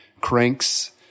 cranks